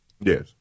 Yes